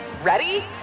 Ready